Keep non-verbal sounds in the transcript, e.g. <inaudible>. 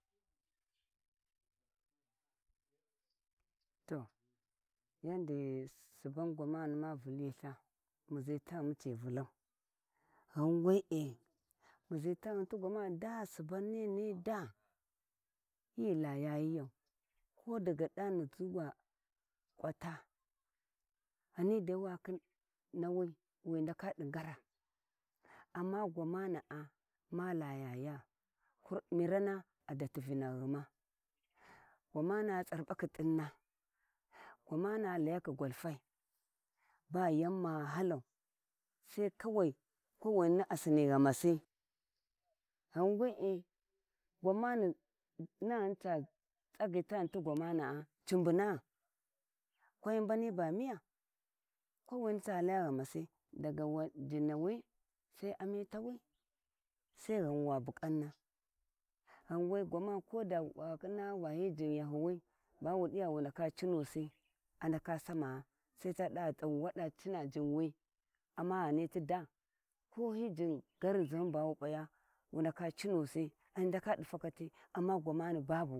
Suban gwani ma vullith muzi taghun ni gwani ni da hilayayiyau daga dami zuwa kwata ghainu dai wa khin nawi wi ndaka di ngara auna gwama na`a ma layayiya kurdi mirana a datti vinahi ghuma gwamana tsabakhi t`inna gwamana`a layakhi gwaltai bay au ma hallau sai kawai ko wini a sinnighamasi ghau wee gwani <hesitation> tsagyi taghun ti gwamana`a ai mbuna`a kwahi mbani ba miya ko wini ta laya ghamasi daga wan jinasi sai amitawi sai ghamu wa bukana ghan we koda wan aha vahi jin yahuwi bawu diva wu ndaka cinusi a ndaka sawaa sai ta davo dawada au jinwi amma ghani hi da ko hiji garinzihin bawu p`aya wu ndaka cinsi di takati amma gwamani babu.